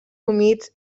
humits